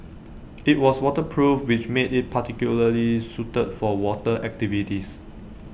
IT was waterproof which made IT particularly suited for water activities